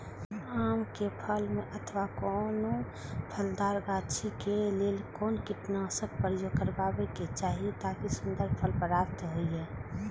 आम क फल में अथवा कोनो फलदार गाछि क लेल कोन कीटनाशक प्रयोग करबाक चाही ताकि सुन्दर फल प्राप्त हुऐ?